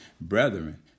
brethren